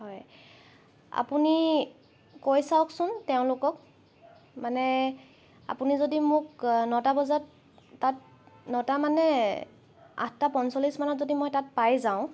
হয় আপুনি কৈ চাওকচোন তেওঁলোকক মানে আপুনি যদি মোক নটা বজাত তাত নটা মানে আঠটা পঞ্চল্লিছ মানত যদি মই তাত পাই যাওঁ